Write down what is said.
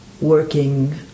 working